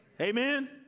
Amen